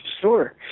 Sure